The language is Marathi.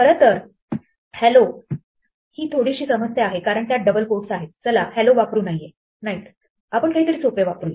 खरं तर हॅलो ही थोडीशी समस्या आहे कारण त्यात डबल कोट्स आहेत चला हॅलो वापरू नयेत आपण काहीतरी सोपे वापरूया